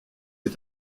est